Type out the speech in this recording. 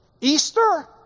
Easter